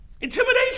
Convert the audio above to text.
intimidation